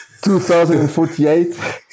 2048